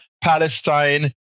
Palestine